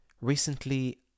Recently